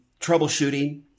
troubleshooting